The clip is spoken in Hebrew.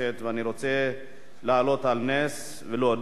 ואני רוצה להעלות על נס ולהודות,